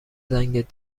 زنگ